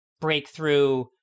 breakthrough